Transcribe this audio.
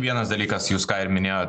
vienas dalykas jūs ką ir minėjo